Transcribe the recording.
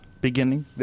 Beginning